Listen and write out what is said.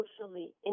socially